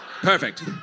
Perfect